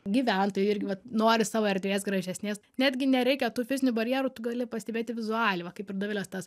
gyventojai irgi vat nori savo erdvės gražesnės netgi nereikia tų fizinių barjerų tu gali pastebėti vizualiai va kaip ir dovilės tas